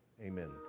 amen